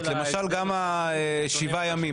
כן הועלו נקודות, למשל, גם השבעה ימים.